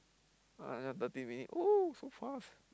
!aiya! thirty minute !oo! so fast